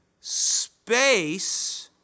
space